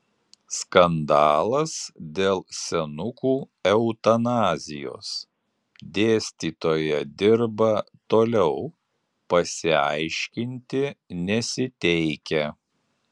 skandalas dėl senukų eutanazijos dėstytoja dirba toliau pasiaiškinti nesiteikia